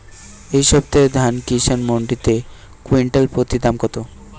এই সপ্তাহে ধান কিষান মন্ডিতে কুইন্টাল প্রতি দাম কত?